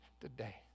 today